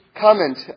comment